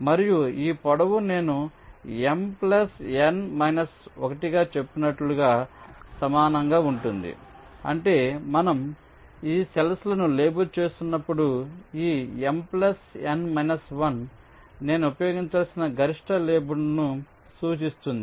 మరియు ఈ పొడవు నేను M N 1 చెప్పినట్లుగా సమానంగా ఉంటుంది అంటే మనం ఈ సెల్ఫ్ లను లేబుల్ చేస్తున్నప్పుడు ఈ M N 1 నేను ఉపయోగించాల్సిన గరిష్ట లేబుల్ను సూచిస్తుంది